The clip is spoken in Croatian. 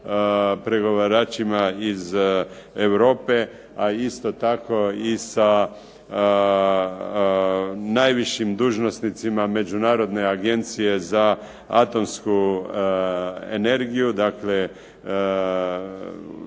pregovaračima iz Europe, a isto tako i sa najvišim dužnosnicima Međunarodne agencije za atomsku energiju, dakle